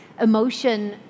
emotion